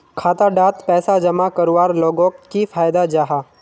खाता डात पैसा जमा करवार लोगोक की फायदा जाहा?